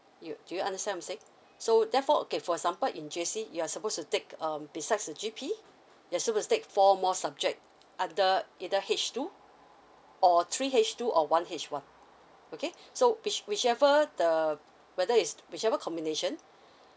you do you understand I'm saying so therefore okay for example in J_C you're supposed to take um besides the G_P you're supposed to take four more subject other either H two or three H two or one H one okay so which whichever the whether is whichever combination